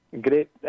great